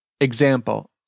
Example